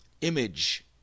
Image